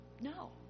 no